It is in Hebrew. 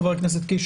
חבר הכנסת קיש,